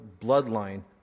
bloodline